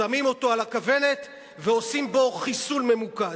שמים אותו על הכוונת ועושים בו חיסול ממוקד.